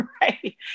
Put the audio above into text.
right